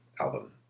album